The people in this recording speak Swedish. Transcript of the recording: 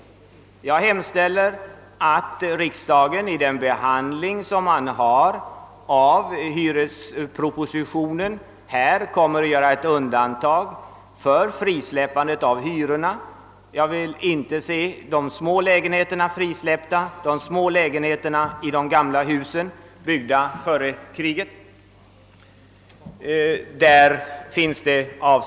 Jag hemställer att riksdagen vid sin behandling av hyrespropositionen gör ett undantag från frisläppandet av hyrorna. Jag vill inte se de små lägenheterna i de gamla husen, byggda före kriget, frisläppta.